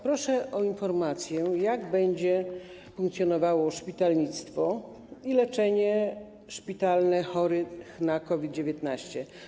Proszę o informację, jak będzie funkcjonowało szpitalnictwo i leczenie szpitalne chorych na COVID-19.